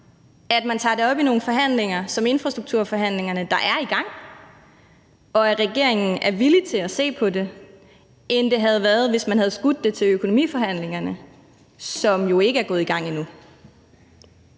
at man tager det op i infrastrukturforhandlingerne, der er i gang, og at regeringen er villig til at se på det, end det havde været, hvis man havde udskudt det til økonomiforhandlingerne, som jo ikke er gået i gang endnu.